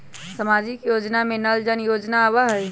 सामाजिक योजना में नल जल योजना आवहई?